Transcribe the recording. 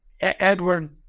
edward